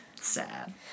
Sad